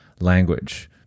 language